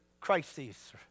crises